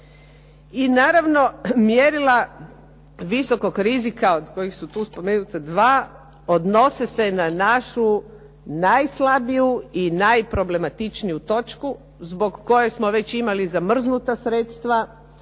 i naravno mjerila visokog rizika od kojih su tu spomenuta dva, odnose sa na našu najslabiju i najproblematičniju točku zbog koje smo već imali zamrznuta sredstva,